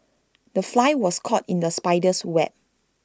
the fly was caught in the spider's web